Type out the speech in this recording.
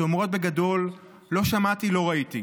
שאומרות בגדול: 'לא שמעתי לא ראיתי'.